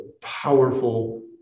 powerful